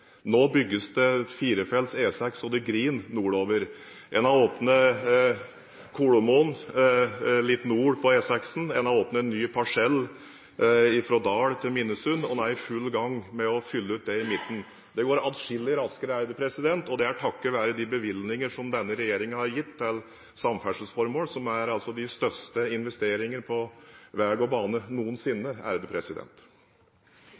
Nå bygges det firefelts E6 nordover så det griner. Man har åpnet Kolomoen, litt nord på E6-en, man har åpnet en ny parsell fra Dal til Minnesund, og man er i full gang med å fylle ut det i midten. Det går atskillig raskere, og det er takket være de bevilgningene som denne regjeringen har gitt til samferdselsformål – som er de største investeringene på veg og bane